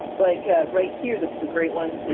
like ah right here this is a great one,